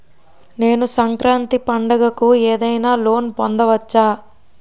నేను సంక్రాంతి పండగ కు ఏదైనా లోన్ పొందవచ్చా?